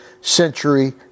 century